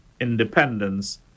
independence